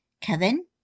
Kevin